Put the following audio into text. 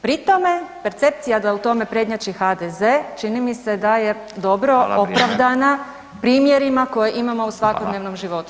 Pri tome percepcija da u tome prednjači HDZ čini mi se da je dobro opravdana primjerima koje imamo u svakodnevnom životu.